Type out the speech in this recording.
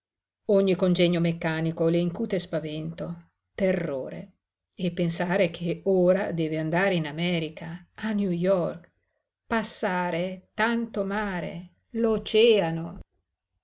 ogni congegno meccanico le incute spavento terrore e pensare che ora deve andare in america a new york passare tanto mare l'oceano